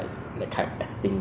I don't know this place like